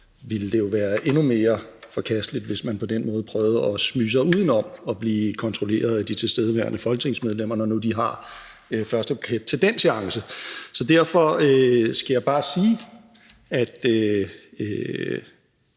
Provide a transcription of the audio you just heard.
ville det jo være endnu mere forkasteligt, hvis man på den måde prøvede at smyge sig udenom at blive kontrolleret af de tilstedeværende folketingsmedlemmer, når nu de har første parket til den seance. Så derfor skal jeg bare sige, at